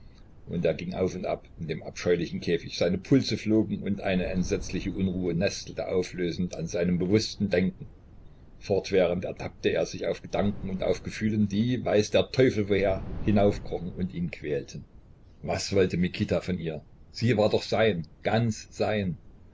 und er ging auf und ab in dem abscheulichen käfig seine pulse flogen und eine entsetzliche unruhe nestelte auflösend an seinem bewußten denken fortwährend ertappte er sich auf gedanken und auf gefühlen die weiß der teufel woher hinaufkrochen und ihn quälten was wollte mikita von ihr sie war doch sein ganz sein